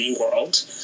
world